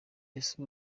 ese